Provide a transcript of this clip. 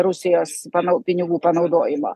rusijos pagal pinigų panaudojimą